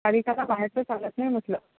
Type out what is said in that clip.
सारिकाला बाहेरचं चालत नाही म्हटलं